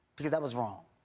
because that was wrong.